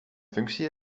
functie